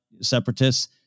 separatists